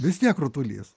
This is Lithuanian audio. vis tiek rutulys